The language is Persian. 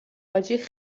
حاجی